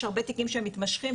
יש הרבה תיקים שהם מתמשכים,